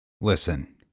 Listen